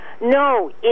No